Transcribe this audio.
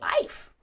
life